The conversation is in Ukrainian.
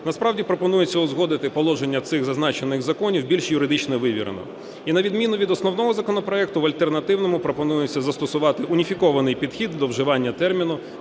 насправді пропонується узгодити положення цих зазначених законів більш юридично вивірено. І на відміну від основного законопроекту, в альтернативному пропонується застосувати уніфікований підхід до вживання терміну